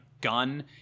gun